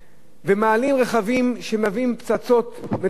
מעלים רכבים שמביאים פצצות מתקתקות, אבל,